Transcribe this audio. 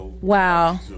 wow